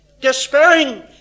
despairing